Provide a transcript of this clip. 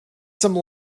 some